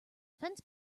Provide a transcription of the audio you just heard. fence